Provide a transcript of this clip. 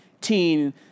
teen